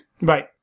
Right